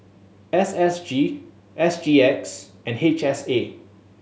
S S G S G X and H S A